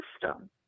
system